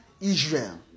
Israel